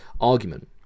argument